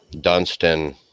Dunstan